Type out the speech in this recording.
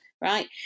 right